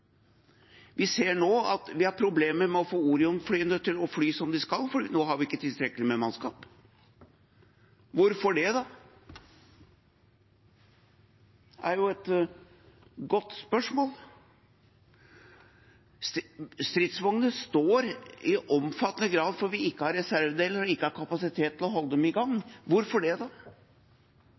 Vi ser nå at vi har problemer med å få Orion-flyene til å fly som de skal, for nå har vi ikke tilstrekkelig med mannskap. Hvorfor det, da? Det er jo et godt spørsmål. Stridsvognene står i omfattende grad fordi vi ikke har reservedeler og kapasitet til å holde dem i gang. Hvorfor det, da?